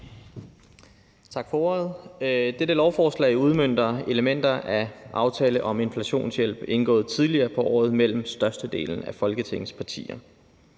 Tak for ordet. Dette lovforslag udmønter elementer af aftalen om inflationshjælp indgået tidligere på året mellem størstedelen af Folketingets partier.